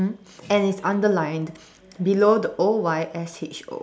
and it's underlined below the O Y S H O